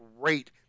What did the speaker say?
great